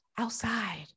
outside